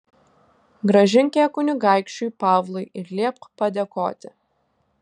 grąžink ją kunigaikščiui pavlui ir liepk padėkoti